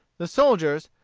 the soldiers,